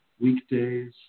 weekdays